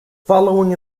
following